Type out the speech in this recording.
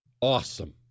Awesome